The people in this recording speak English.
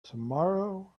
tomorrow